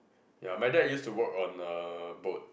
ya my dad used to work on a boat